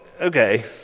okay